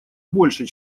больше